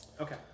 Okay